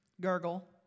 Gurgle